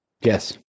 Yes